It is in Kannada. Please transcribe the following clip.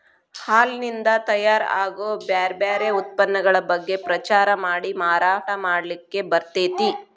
ಹಾಲಿನಿಂದ ತಯಾರ್ ಆಗೋ ಬ್ಯಾರ್ ಬ್ಯಾರೆ ಉತ್ಪನ್ನಗಳ ಬಗ್ಗೆ ಪ್ರಚಾರ ಮಾಡಿ ಮಾರಾಟ ಮಾಡ್ಲಿಕ್ಕೆ ಬರ್ತೇತಿ